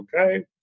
Okay